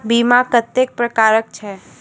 बीमा कत्तेक प्रकारक छै?